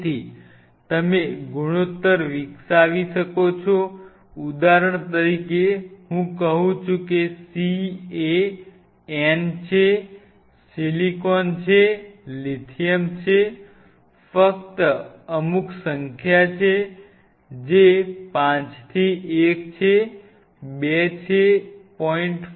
તેથી તમે ગુણોત્તર વિકસાવી શકો છો ઉદાહરણ તરીકે હું કહું છું કે c એ n છે સિલિકોન છે લિથિયમ છે ફક્ત અમુક સંખ્યા છે જે 5 થી 1 છે 2 છે 0